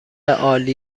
عالی